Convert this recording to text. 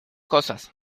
cosas